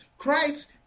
Christ